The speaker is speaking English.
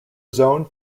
zoned